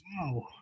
Wow